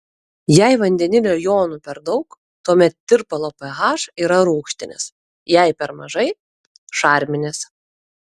jei vandenilio jonų per daug tuomet tirpalo ph yra rūgštinis jei per mažai šarminis